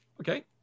Okay